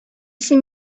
син